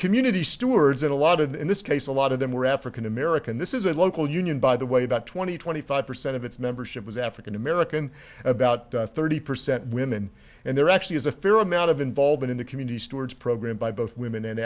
community stewards in a lot of in this case a lot of them were african american this is a local union by the way about twenty twenty five percent of its membership was african american about thirty percent women and there actually is a fair amount of involvement in the community stewardship program by both women and